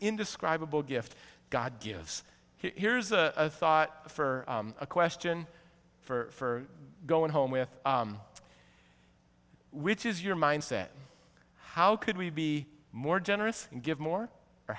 indescribable gift god gives here's a thought for a question for going home with which is your mindset how could we be more generous and give more